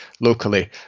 locally